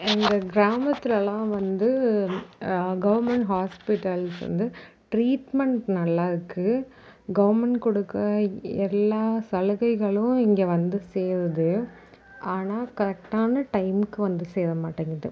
எங்க கிராமத்திலலாம் வந்து கவர்மெண்ட் ஹாஸ்பிட்டல்ஸ் வந்து ட்ரீட்மெண்ட் நல்லா இருக்குது கவர்மெண்ட் குடுக்கற எல்லா சலுகைகளும் இங்கே வந்து சேருது ஆனால் கரெக்டான டைம்க்கு வந்து சேர மாட்டேங்குது